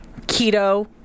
keto